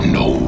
no